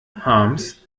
harms